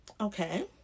Okay